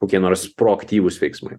kokie nors proaktyvūs veiksmai